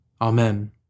Amen